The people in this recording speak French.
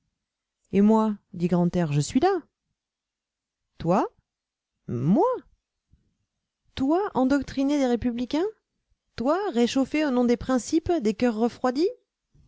et moi dit grantaire je suis là toi moi toi endoctriner des républicains toi réchauffer au nom des principes des coeurs refroidis